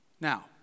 Now